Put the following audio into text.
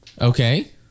Okay